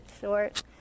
short